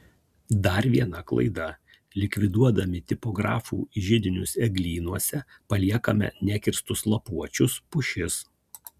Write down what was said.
dar viena klaida likviduodami tipografų židinius eglynuose paliekame nekirstus lapuočius pušis